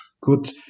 good